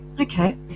okay